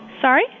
Sorry